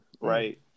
Right